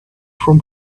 from